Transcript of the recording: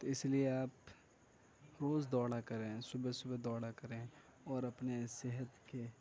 تو اس لیے آپ روز دوڑا کریں صبح صبح دوڑا کریں اور اپنے صحت کے